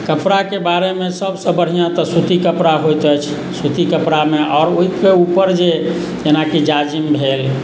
कपड़ाके बारेमे सबसँ बढ़िआँ तऽ सूती कपड़ा होइत अछि सूती कपड़ामे आओर ओहिसँ ऊपर जे जेनाकि जाजिम भेल